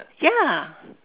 ya